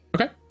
Okay